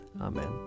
Amen